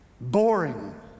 boring